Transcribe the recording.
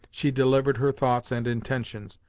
she delivered her thoughts and intentions,